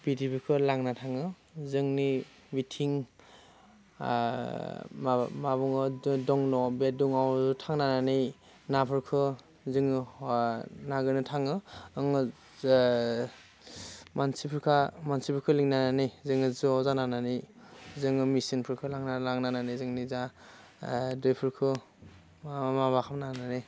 बिदिबोखौ लांना थाङो जोंनि बिथिं मा मा बुङो बे दं न' बे दङाव थांनानै नाफोरखौ जोङो नागिरनो थाङो जे मानसिफोरखौ मानसिफोरखौ लिंनानै जोङो ज' जालायनानै जोङो मेसिनफोरखौ लांना लांनानै जोंनि जा दैफोरखौ माबा माबा खालामना होनानै